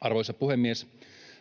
Arvoisa puhemies!